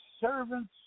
servant's